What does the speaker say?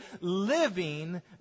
living